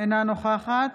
אינה נוכחת